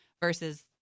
versus